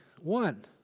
One